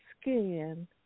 skin